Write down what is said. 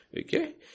Okay